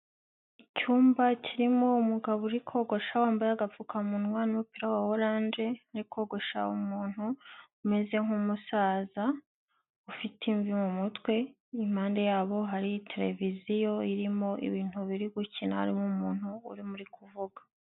Icyumba kirimo umugabo uri kogosha. Wambaye agapfukamunwa n'umupira wa orange. Ari kogosha umuntu umeze nk'umusaza, ufite imvi mu mutwe. Impande yabo hari televiziyo irimo ibintu biri gukina harimo umuntu uri kuvuga.